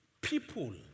People